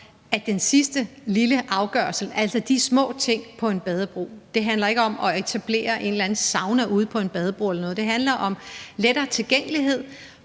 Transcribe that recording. om den sidste lille afgørelse, altså de små ting på en badebro. Det handler ikke om at etablere en eller anden sauna ude på en badebro eller noget andet, men det handler om en lettere tilgængelighed